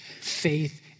faith